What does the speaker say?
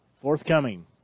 Forthcoming